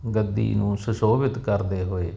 ਗੱਦੀ ਨੂੰ ਸੁਸ਼ੋਭਿਤ ਕਰਦੇ ਹੋਏ